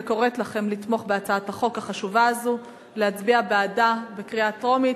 וקוראת לכם לתמוך בהצעת החוק החשובה הזאת ולהצביע בעדה בקריאה טרומית.